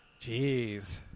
Jeez